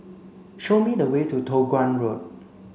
show me the way to Toh Guan Road